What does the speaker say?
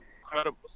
incredible